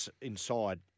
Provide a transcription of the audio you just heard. inside